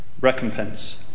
recompense